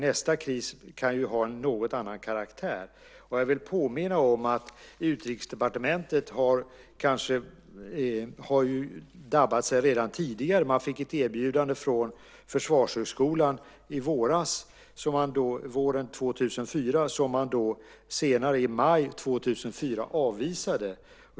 Nästa kris kan ha en något annorlunda karaktär. Jag vill påminna om att Utrikesdepartementet har dabbat sig redan tidigare. Man fick ett erbjudande från Försvarshögskolan våren 2004 som man senare, i maj 2004, avvisade.